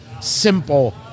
simple